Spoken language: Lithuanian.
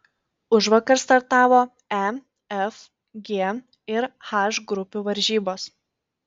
užvakar startavo e f g ir h grupių varžybos